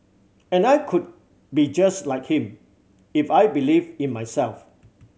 and I could be just like him if I believed in myself